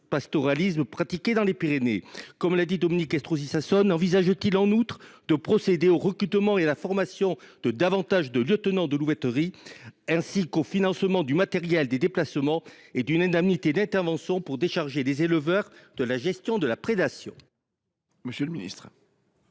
Monsieur le ministre,